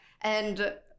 and-